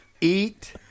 Eat